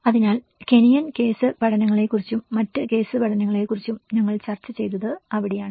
അതിനാൽ Kenyan case പഠനങ്ങളെക്കുറിച്ചും മറ്റ് കേസ് പഠനങ്ങളെക്കുറിച്ചും ഞങ്ങൾ ചർച്ച ചെയ്തത് അവിടെയാണ്